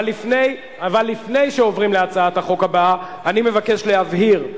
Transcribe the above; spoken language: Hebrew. אבל לפני שעוברים להצעת החוק הבאה אני מבקש להבהיר,